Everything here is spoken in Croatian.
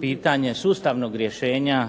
pitanje sustavnog rješenja